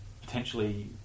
potentially